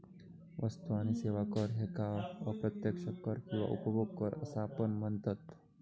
वस्तू आणि सेवा कर ह्येका अप्रत्यक्ष कर किंवा उपभोग कर असा पण म्हनतत